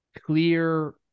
clear